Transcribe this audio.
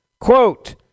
Quote